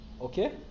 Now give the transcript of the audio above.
Okay